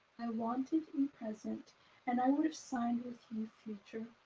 i wanted to be present and i would have signed with your future,